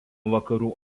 vakarų